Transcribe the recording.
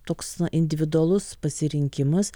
toks na individualus pasirinkimas